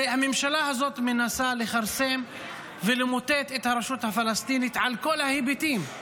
הרי הממשלה הזאת מנסה לכרסם ולמוטט את הרשות הפלסטינית על כל ההיבטים,